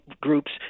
groups